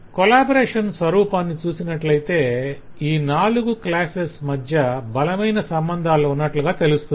collaboration స్వరూపాన్ని చూసినట్లయితే ఈ నాలుగు క్లాసెస్ మధ్య బలమైన సంబంధాలు ఉన్నట్లుగా తెలుస్తుంది